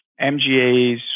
MGAs